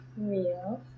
Real